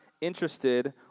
interested